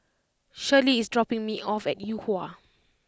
Shirlie is dropping me off at Yuhua